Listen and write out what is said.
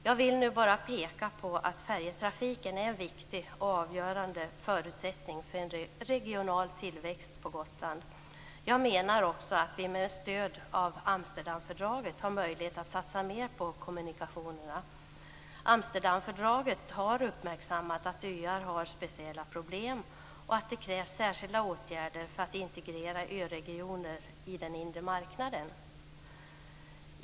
Jag vill nu bara peka på att färjetrafiken är en viktig och avgörande förutsättning för en regional tillväxt på Gotland. Jag menar också att vi med stöd av Amsterdamfördraget har möjlighet att satsa mer på kommunikationerna. I Amsterdamfördraget har man uppmärksammat att öar har speciella problem och att det krävs särskilda åtgärder för att integrera öregioner i den inre marknaden.